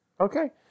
Okay